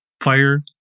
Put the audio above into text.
fire